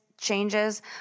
changes